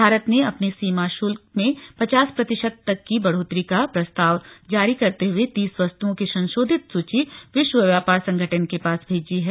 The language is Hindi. भारत ने अपने सीमा शुल्कस में पचास प्रतिशत तक की बढ़ोत्तरी का प्रस्ताजव करते हुए तीस वस्तुनओं की संशोधित सूची विश्वद व्यापार संगठन के पास भेजी है